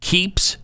Keeps